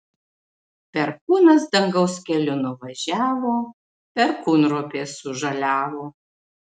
perkūnas dangaus keliu nuvažiavo perkūnropės sužaliavo